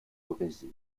brésil